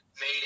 made